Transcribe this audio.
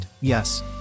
yes